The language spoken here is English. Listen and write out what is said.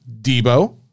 Debo